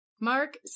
Mark